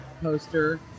poster